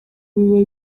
biba